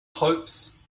hopes